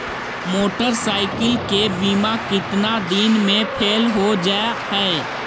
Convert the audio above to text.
Motorcycle के बिमा केतना दिन मे फेल हो जा है?